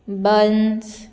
buns